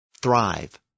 thrive